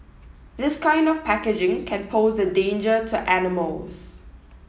this kind of packaging can pose a danger to animals